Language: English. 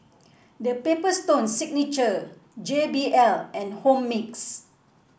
The Paper Stone Signature J B L and Home Fix